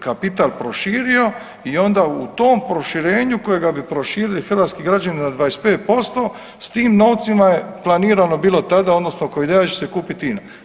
kapital proširio i onda u tom proširenju kojega bi prošili hrvatski građani na 25% s tim novcima je planirano bilo tada odnosno kao ideja da će se kupiti INA.